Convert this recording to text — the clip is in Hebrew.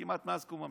כמעט מאז קום המדינה,